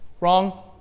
wrong